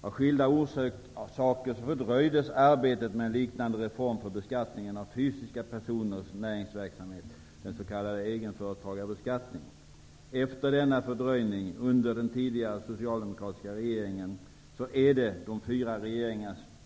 Av skilda orsaker fördröjdes arbetet med en liknande reform för beskattningen av fysiska personers näringsverksamhet, den s.k. egenföretagarbeskattningen. Efter denna fördröjning under den tidigare socialdemokratiska regeringen är det de fyra